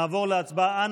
נעבור להצבעה.